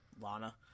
Lana